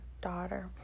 daughter